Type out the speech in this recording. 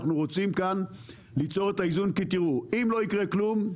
אנחנו רוצים ליצור כאן את האיזון כי אם לא יקרה כלום,